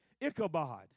Ichabod